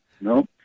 no